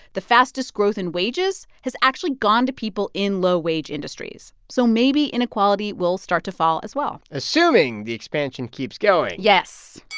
the fastest growth in wages has actually gone to people in low-wage industries. so maybe inequality will start to fall as well assuming the expansion keeps going yes